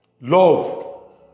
love